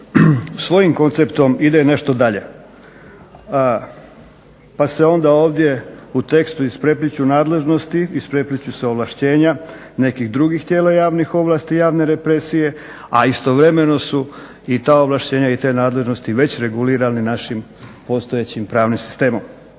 svojim konceptom ide nešto dalje pa se onda ovdje u tekstu isprepliću nadležnosti, isprepliću se ovlašćenja nekih drugih tijela javnih ovlasti i javne represije, a istovremeno su i ta ovlaštenja i te nadležnosti već regulirani našim postojećim pravnim sistemom.